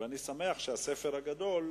ואני שמח שהספר הגדול,